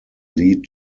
lead